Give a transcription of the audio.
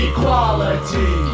Equality